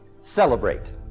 celebrate